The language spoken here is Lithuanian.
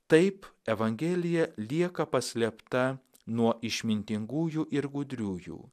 taip evangelija lieka paslėpta nuo išmintingųjų ir gudriųjų